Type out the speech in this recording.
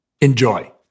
Enjoy